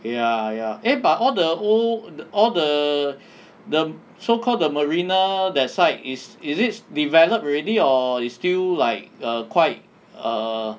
ya ya eh but all the old all the the so called the marina that side is is it developed already or you still like err quite err